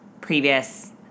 previous